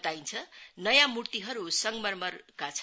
बताइन्छ नयाँ मूर्तिहरू संगमरमरका छन्